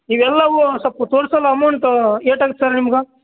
ಇವೆಲ್ಲವು ಸೊಲ್ಪ ತೋರಿಸಲು ಅಮೌಂಟು ಏಟು ಆತು ಸರ್ ನಿಮ್ಗೆ